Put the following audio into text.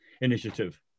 initiative